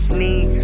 need